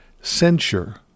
censure